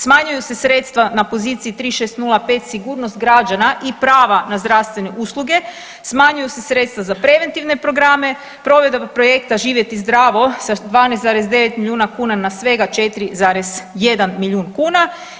Smanjuju se sredstva na poziciji 3605 sigurnost građana i prava na zdravstvene usluge, smanjuju se sredstva za preventivne programe, provedaba projekta „Živjeti zdravo“ sa 12,9 milijuna kuna na svega 4,1 milijuna kuna.